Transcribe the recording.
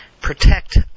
Protect